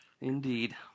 Indeed